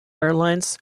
airlines